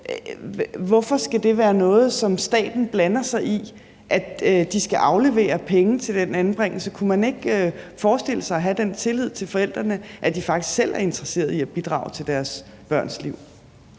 Hvorfor skal det være noget, som staten blander sig i, altså at de skal aflevere penge for den anbringelse? Kunne man ikke forestille sig at have den tillid til forældrene, at de faktisk selv er interesseret i at bidrage til deres børns liv?